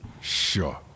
sure